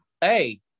Hey